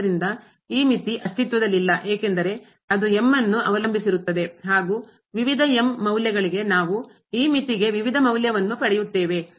ಆದರೆ ಈ ಮಿತಿ ಅಸ್ತಿತ್ವದಲ್ಲಿಲ್ಲ ಏಕೆಂದರೆ ಅದು ನ್ನು ಅವಲಂಬಿಸಿರುತ್ತದೆ ಹಾಗೂ ವಿವಿಧ ಮೌಲ್ಯಗಳಿಗೆ ನಾವು ಈ ಮಿತಿಗೆ ವಿವಿಧ ಮೌಲ್ಯವನ್ನು ಪಡೆಯುತ್ತೇವೆ